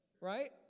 right